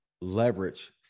leverage